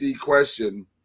question